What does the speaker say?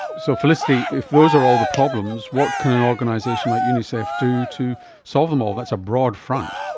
so felicity, if those are all the problems, what can an organisation like unicef do to solve them all? that's a broad front.